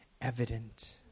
evident